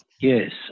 Yes